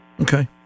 Okay